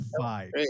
five